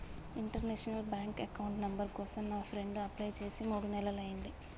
international bank account number కోసం నా friend apply చేసి మూడు నెలలయ్యింది